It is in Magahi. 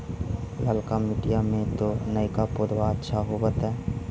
ललका मिटीया मे तो नयका पौधबा अच्छा होबत?